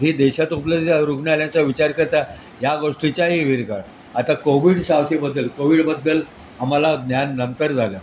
ही देशात उपलबध रुग्णालयाचा विचार करता या गोष्टीचाही विरगाळ आता कोविड साथीबद्दल कोविडबद्दल आम्हाला ज्ञान नंतर झालं